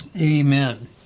Amen